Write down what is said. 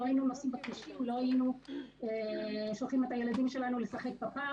לא היינו נוסעים בכבישים,